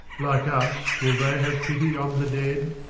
like us, will they have pity on the dead.